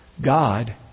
God